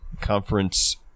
conference